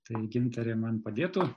tai gintarė man padėtų